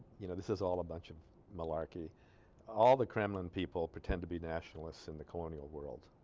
you know this is all a bunch of malarkey all the kremlin people pretend to be nationalists in the colonial world